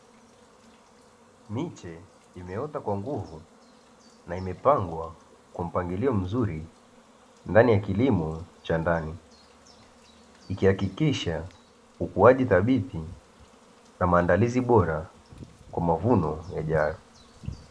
Miche imeota kwa nguvu, na imepangwa kwa mpangilio mzuri, ndani ya kilimo cha ndani. Ikihakikisha ukuaji thabiti na maandalizi bora kwa mavuno yajayo.